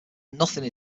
nothing